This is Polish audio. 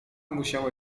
musiała